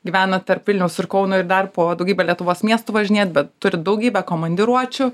gyvenat tarp vilniaus ir kauno ir dar po daugybę lietuvos miestų važinėjat bet turit daugybę komandiruočių